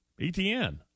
ETN